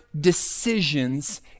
decisions